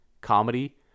comedy